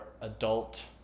adult